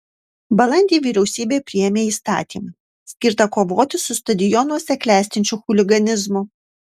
balandį vyriausybė priėmė įstatymą skirtą kovoti su stadionuose klestinčiu chuliganizmu